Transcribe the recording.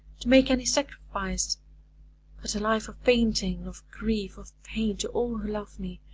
to make any sacrifice but a life of fainting, of grief, of pain to all who love me,